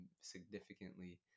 significantly